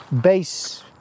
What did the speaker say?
bass